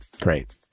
Great